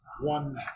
one